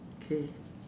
okay